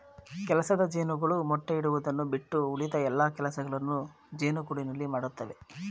ಕೆಲಸದ ಜೇನುಗಳು ಮೊಟ್ಟೆ ಇಡುವುದನ್ನು ಬಿಟ್ಟು ಉಳಿದ ಎಲ್ಲಾ ಕೆಲಸಗಳನ್ನು ಜೇನುಗೂಡಿನಲ್ಲಿ ಮಾಡತ್ತವೆ